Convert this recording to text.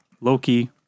Loki